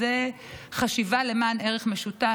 זו חשיבה למען ערך משותף.